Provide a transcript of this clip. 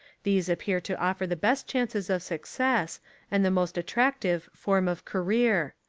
these appear to offer the best chances of success and the most attrac tive form of career.